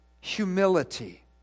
humility